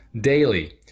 daily